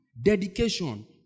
dedication